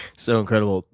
so incredible.